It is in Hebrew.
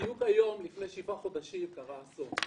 בדיוק היום לפני שבעה חודשים קרה האסון.